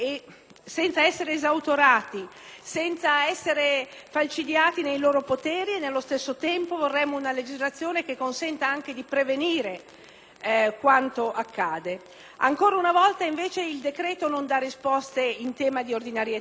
senza essere esautorati o falcidiati nei loro poteri; nello stesso tempo, vorremmo una legislazione che consenta anche di prevenire quanto accade. Ancora una volta, invece, il decreto non dà risposte in termini di ordinarietà